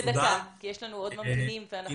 סודן,